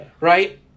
right